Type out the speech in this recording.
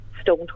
stone